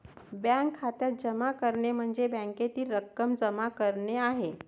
bank खात्यात जमा करणे म्हणजे खात्यातील रक्कम जमा करणे आहे